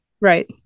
right